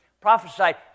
Prophesied